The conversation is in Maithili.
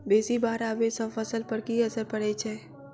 बेसी बाढ़ आबै सँ फसल पर की असर परै छै?